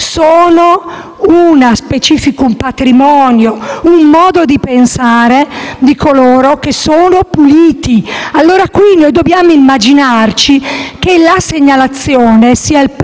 sono uno specifico patrimonio, un modo di pensare di coloro che sono puliti. Noi dobbiamo immaginare che la segnalazione sia il